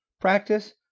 practice